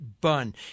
bun